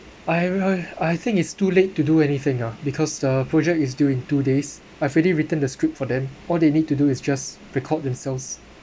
I I I think it's too late to do anything ah because the project is during two days I've already written the script for them all they need to do is just record themselves